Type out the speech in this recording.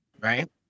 Right